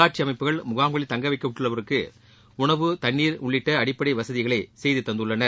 உள்ளாட்சி அமைப்புகள் முகாம்களில் தங்கவைக்கப்பட்டுள்ளவர்களுக்கு உணவு தண்ணீர் உள்ளிட்ட அடிப்படை வசதிகளை செய்து தந்துள்ளனர்